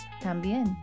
también